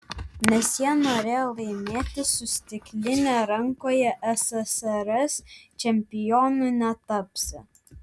nes jie norėjo laimėti su stikline rankoje ssrs čempionu netapsi